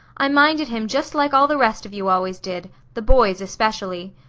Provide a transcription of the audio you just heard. i minded him just like all the rest of you always did the boys especially.